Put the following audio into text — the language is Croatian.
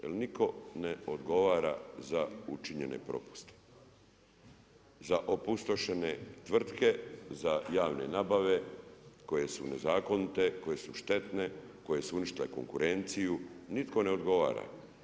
Jer nitko ne odgovara za učinjene propuste za opustošene tvrtke, za javne nabave koje su nezakonite, koje su štetne, koje su uništile konkurenciju nitko ne odgovara.